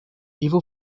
evil